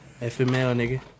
FML